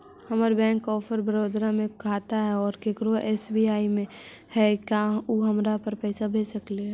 हमर bank of Baroda में खाता है और केकरो एस.बी.आई में है का उ हमरा पर पैसा भेज सकले हे?